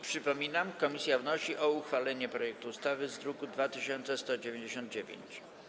Przypominam, że komisja wnosi o uchwalenie projektu ustawy z druku nr 2199.